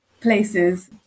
places